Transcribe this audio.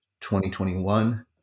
2021